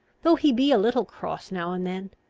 though he be a little cross now and then.